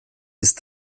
ist